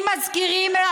הם חברים שלך,